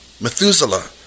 Methuselah